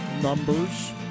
Numbers